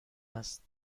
است